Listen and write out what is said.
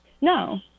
No